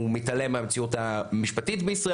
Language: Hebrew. הוא מתעלם מהמציאות המשפטית בישראל